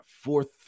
fourth